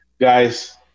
Guys